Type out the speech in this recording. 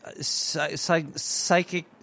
psychic